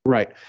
Right